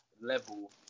level